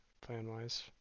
plan-wise